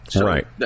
Right